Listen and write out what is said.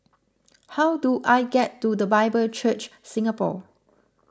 how do I get to the Bible Church Singapore